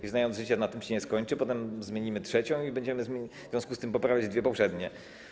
Jak znam życie, na tym się nie skończy: potem zmienimy trzecią i będziemy w związku z tym poprawiać dwie poprzednie.